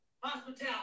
Hospitality